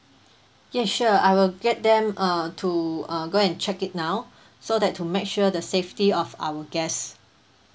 yes sure I will get them uh to uh go and check it now so that to make sure the safety of our guest